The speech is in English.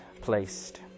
placed